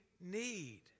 need